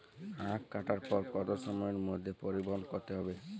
আখ কাটার পর কত সময়ের মধ্যে পরিবহন করতে হবে?